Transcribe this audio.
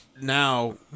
now